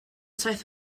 saith